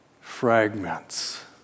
Fragments